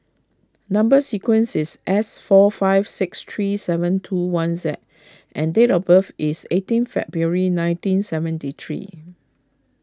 Number Sequence is S four five six three seven two one Z and date of birth is eighteen February nineteen seventy three